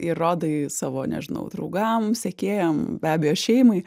ir rodai savo nežinau draugam sekėjam be abejo šeimai